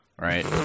Right